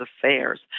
Affairs